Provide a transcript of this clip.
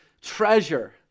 treasure